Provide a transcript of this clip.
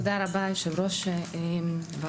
תודה רבה, יושב-ראש הוועדה.